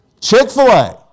Chick-fil-A